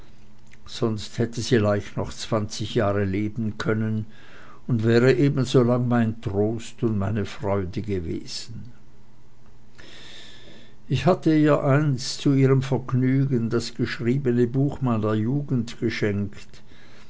sonst hätte sie leicht noch zwanzig jahre leben können und wäre ebensolang mein trost und meine freude gewesen ich hatte ihr einst zu ihrem großen vergnügen das geschriebene buch meiner jugend geschenkt